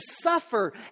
suffer